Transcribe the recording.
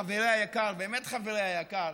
חברי היקר, באמת חברי היקר,